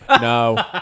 No